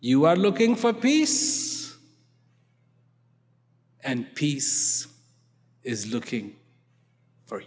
you are looking for peace and peace is looking for